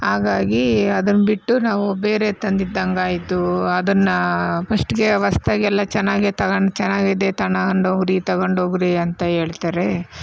ಹಾಗಾಗಿ ಅದನ್ನು ಬಿಟ್ಟು ನಾವು ಬೇರೆ ತಂದಿದ್ದಂಗೆ ಆಯಿತು ಅದನ್ನು ಫಸ್ಟ್ಗೆ ಹೊಸತಾಗೆಲ್ಲ ಚೆನ್ನಾಗೇ ತಗೊಂಡು ಚೆನ್ನಾಗಿದೆ ತಗೊಂಡು ಹೋಗಿರಿ ತಗೊಂಡು ಹೋಗಿರಿ ಅಂತ ಹೇಳ್ತಾರೆ